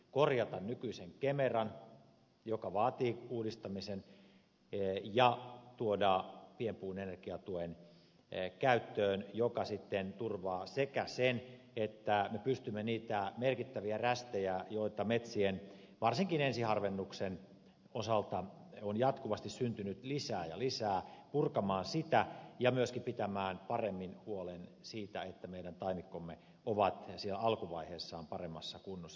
korjata nykyisen kemeran joka vaatii uudistamisen ja tuoda pienpuun energiatuen käyttöön mikä sitten turvaa sen että me pystymme niitä merkittäviä rästejä joita metsien varsinkin ensiharvennuksen osalta on jatkuvasti syntynyt lisää ja lisää purkamaan ja myöskin pitämään paremmin huolen siitä että meidän taimikkomme ovat siellä alkuvaiheessaan paremmassa kunnossa